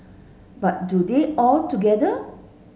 but do them all together